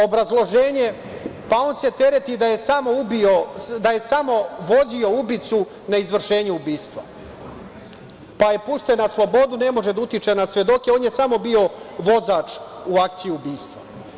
Obrazloženje – pa on se tereti da je samo vozio ubicu na izvršenje ubistva, pa je pušten na slobodu, ne može da utiče na svedoke, on je samo bio vozač u akciji ubistva.